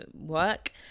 work